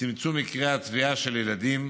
צמצום מקרי הטביעה של ילדים.